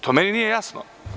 To meni nije jasno.